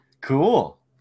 Cool